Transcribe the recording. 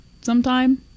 sometime